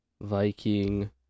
Viking